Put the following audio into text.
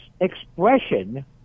expression